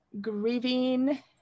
grieving